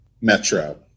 Metro